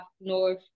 north